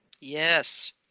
Yes